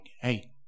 hey